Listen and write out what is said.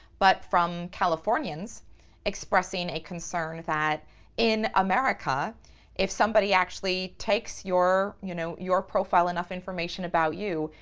but from californians expressing a concern that in america if somebody actually takes your you know your profile enough information about you,